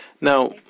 Now